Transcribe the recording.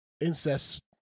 incest